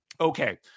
Okay